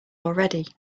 already